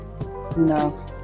no